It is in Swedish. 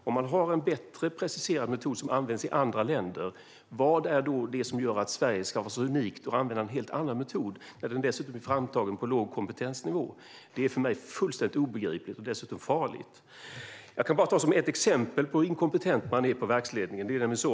Om det finns en bättre preciserad metod som används i andra länder, vad är det som gör att Sverige ska vara så unikt och använda en helt annan metod när den dessutom är framtagen på låg kompetensnivå? Det är för mig fullständigt obegripligt och dessutom farligt. Jag kan ta ett exempel på hur inkompetent man är i verksledningen.